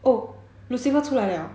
oh lucifer 出来了